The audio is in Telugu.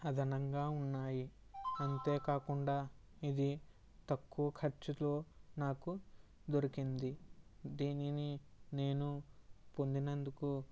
అదనంగా ఉన్నాయి అంతేకాకుండా ఇది తక్కువ ఖర్చులో నాకు దొరికింది దీనిని నేను పొందినందుకు